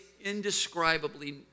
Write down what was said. indescribably